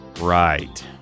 Right